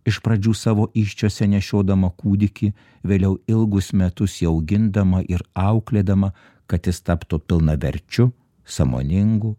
iš pradžių savo įsčiose nešiodama kūdikį vėliau ilgus metus jį augindama ir auklėdama kad jis taptų pilnaverčiu sąmoningu